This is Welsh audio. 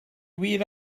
wir